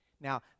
Now